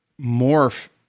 morph